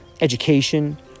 education